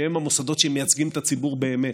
שהם המוסדות שמייצגים את הציבור באמת,